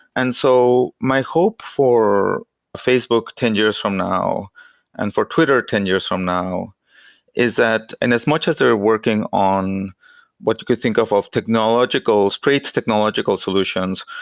and so, my hope for facebook ten years from now and for twitter ten years now is that and as much as they're working on what you could think of of technological, straight technological solutions,